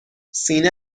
سینه